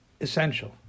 essential